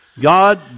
God